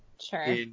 Sure